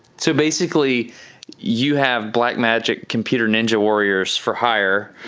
so basically you have black magic computer ninja warriors for hire,